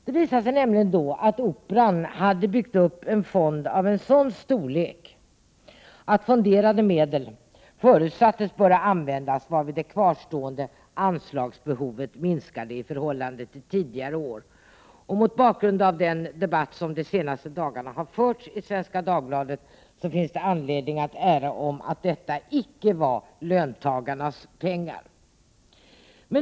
Det visade sig nämligen då att Operan hade byggt upp en fond av sådan storlek att fonderade medel förutsattes böra användas, varvid det kvarstående anslagsbehovet minskade i förhållande till tidigare år. Mot bakgrund av den debatt som de senaste dagarna har förts i Svenska Dagbladet finns det anledning att erinra om att detta icke var löntagarnas pengar.